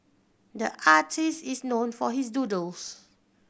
the artist is known for his doodles